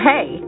Hey